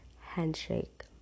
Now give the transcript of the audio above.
handshake